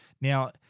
Now